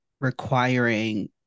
requiring